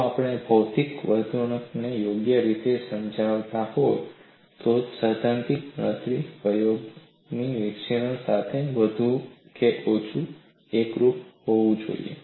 જો આપણે ભૌતિક વર્તણૂકને યોગ્ય રીતે સમજ્યા હોત તો મારી સૈદ્ધાંતિક ગણતરી પ્રાયોગિક નિરીક્ષણ સાથે વધુ કે ઓછું એકરુપ હોવી જોઈએ